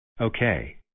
Okay